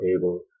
able